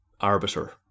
arbiter